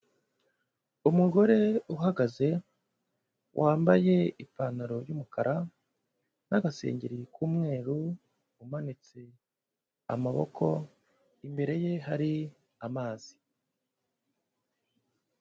Umugore uhagaze wambaye ipantaro y'umukara n'agasengeri k'umweru, umanitse amaboko imbere ye hari amazi.